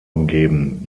umgeben